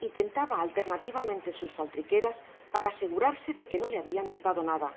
y tentaba alternativamente sus faltriqueras para asegurarse de que no le habian hurtado nada